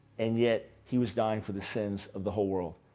and yet he was dying for the sins of the whole world?